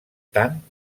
tant